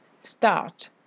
Start